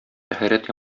тәһарәт